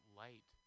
light